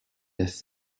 has